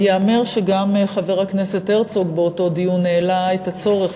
ייאמר שגם חבר הכנסת הרצוג העלה באותו דיון את הצורך,